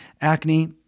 acne